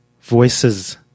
voices